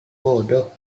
bodoh